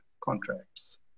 contracts